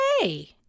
Hey